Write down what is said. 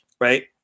Right